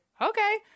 okay